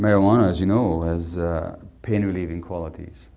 marijuana as you know as pain relieving qualities